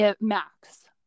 max